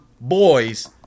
boys